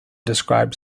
described